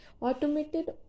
Automated